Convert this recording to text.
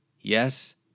yes